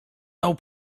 miał